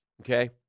Okay